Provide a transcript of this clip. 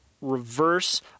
reverse